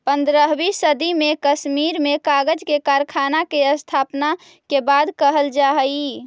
पँद्रहवीं सदी में कश्मीर में कागज के कारखाना के स्थापना के बात कहल जा हई